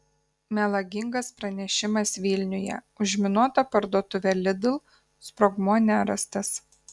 melagingas pranešimas vilniuje užminuota parduotuvė lidl sprogmuo nerastas